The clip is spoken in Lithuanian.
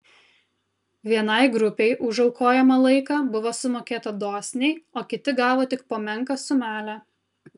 vienai grupei už aukojamą laiką buvo sumokėta dosniai o kiti gavo tik po menką sumelę